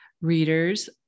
readers